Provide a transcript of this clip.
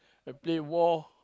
and play war